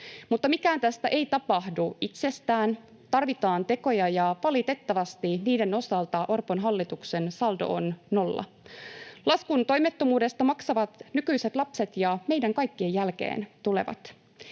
mutta mitään tästä ei tapahdu itsestään. Tarvitaan tekoja, ja valitettavasti niiden osalta Orpon hallituksen saldo on nolla. Laskun toimettomuudesta maksavat nykyiset lapset ja meidän kaikkien jälkeen tulevat.